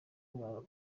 uko